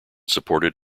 supported